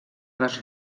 les